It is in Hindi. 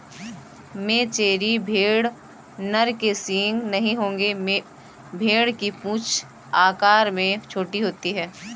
मेचेरी भेड़ नर के सींग नहीं होंगे भेड़ की पूंछ आकार में छोटी होती है